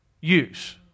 use